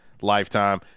lifetime